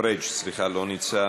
לא נמצא,